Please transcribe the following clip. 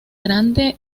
grande